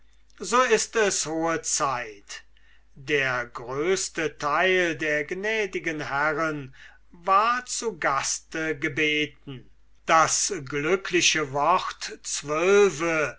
so ist es hohe zeit der größte teil der gnädigen herren war zu gaste gebeten das glückliche wort zwölfe